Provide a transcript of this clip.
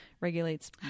regulates